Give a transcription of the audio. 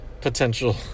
potential